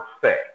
say